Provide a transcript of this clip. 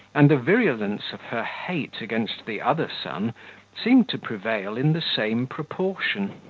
and the virulence of her hate against the other son seemed to prevail in the same proportion.